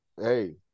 Hey